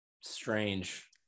Strange